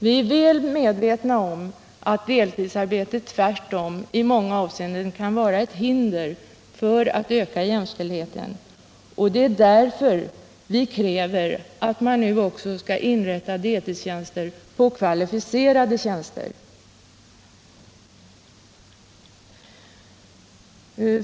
Vi är väl medvetna om att deltidsarbete tvärtom i många avseenden kan vara ett hinder när det gäller att öka jämställdheten, och det är därför vi kräver att man också skall inrätta deltidstjänster på kvalificerade tjänster.